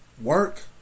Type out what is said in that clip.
work